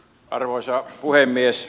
arvoisa puhemies